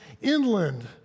inland